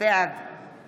בעד